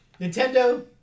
nintendo